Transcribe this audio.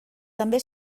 també